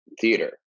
theater